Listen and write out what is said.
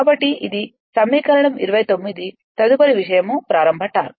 కాబట్టి ఇది సమీకరణం 29 తదుపరి విషయం ప్రారంభ టార్క్